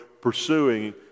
pursuing